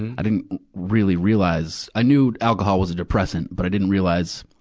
and i didn't really realize i knew alcohol was a depressant, but i didn't realize,